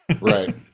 right